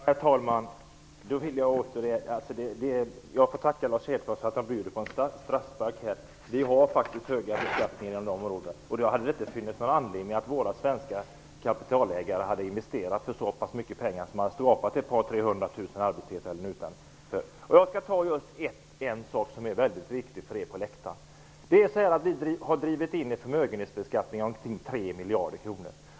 Herr talman! Jag får tacka Lars Hedfors för att han bjuder på en straffspark. Vi har faktiskt högre beskattning på en rad områden. Annars hade det inte funnits någon anledning för de svenska kapitalägarna att investera för så pass mycket pengar att de har skapat ett par tre hundra tusen arbetstillfällen utanför Sverige. Jag skall nämna en sak som är viktig för er på åhörarläktaren. Vi har drivit in en förmögenhetsbeskattning på omkring 3 miljarder kronor.